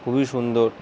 খুবই সুন্দর